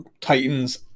Titans